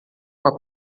uma